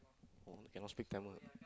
oh cannot speak Tamil